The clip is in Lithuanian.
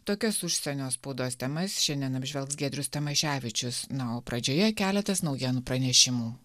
tokias užsienio spaudos temas šiandien apžvelgs giedrius tamaševičius na o pradžioje keletas naujienų pranešimų